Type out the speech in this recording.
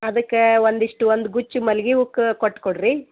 ಅದಕ್ಕೆ ಒಂದಿಷ್ಟು ಒಂದು ಗುಚ್ಚು ಮಲ್ಗೆ ಹೂವು ಕ ಕೊಟ್ಟು ಕೊಡಿರಿ